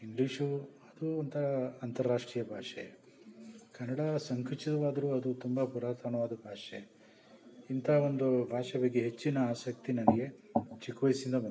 English ಅದು ಒಂಥರ ಅಂತಾರಾಷ್ಟ್ರೀಯ ಭಾಷೇ ಕನ್ನಡ ಸಂಕುಚಿತವಾದರೂ ಅದು ತುಂಬ ಪುರಾತನವಾದ ಭಾಷೆ ಇಂಥ ಒಂದು ಭಾಷೆ ಬಗ್ಗೆ ಹೆಚ್ಚಿನ ಆಸಕ್ತಿ ನನಗೆ ಚಿಕ್ಕ ವಯಸ್ಸಿಂದ ಬಂತು